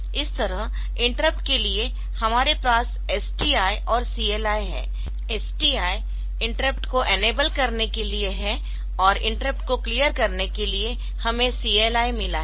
इस तरह इंटरप्ट के लिए हमारे पास STI और CLI है STI इंटरप्ट को इनेबल करने के लिए है और इंटरप्ट को क्लियर करने के लिए हमें CLI मिला है